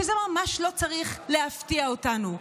שזה ממש לא צריך להפתיע אותנו,